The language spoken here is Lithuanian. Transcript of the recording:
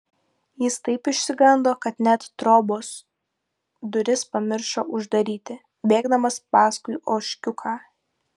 jis taip išsigando kad net trobos duris pamiršo uždaryti bėgdamas paskui ožkiuką